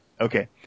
Okay